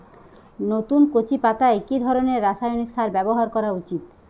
নতুন কচি পাতায় কি ধরণের রাসায়নিক সার ব্যবহার করা উচিৎ?